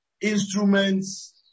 instruments